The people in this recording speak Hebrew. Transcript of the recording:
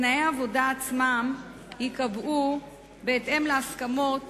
תנאי העבודה עצמם ייקבעו בהתאם להסכמות